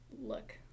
look